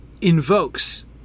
invokes